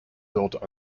built